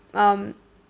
um